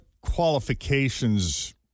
qualifications